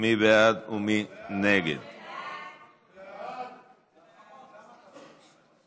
88 בעד, אפס מתנגדים, אפס נמנעים.